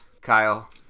Kyle